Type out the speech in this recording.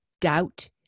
doubt